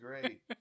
great